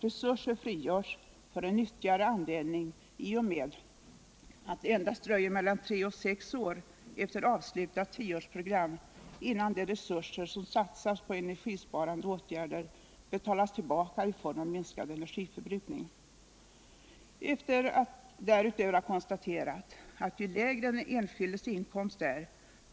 Resurser frigörs för en nyttigare användning I och med att det endast dröjer mellan tre och sex år efter avslutat tioårsprogram, innan de resurser som satsats på energisparande åtgärder betalas tillbaka i form av minskad energiförbrukning. Ffier att därutöver ha konstaterat att ju lägre den enskildes inkomst är.